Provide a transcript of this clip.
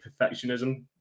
perfectionism